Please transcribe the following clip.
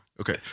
Okay